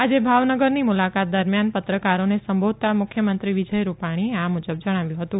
આજે ભાનગરની મુલાકાત દરમિથાન પત્રકારોને સંબોધતા મુખ્યમંત્રી વિજય રૂપાણીએ આ મુજબ જણાવ્યું હતું